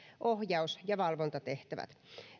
ohjaus ja valvontatehtävät